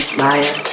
liar